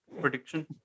prediction